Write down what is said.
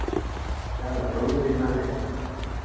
यहाँ लखनऊ में खरीदना है